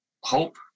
hope